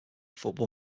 football